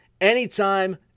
anytime